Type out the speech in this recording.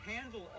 handle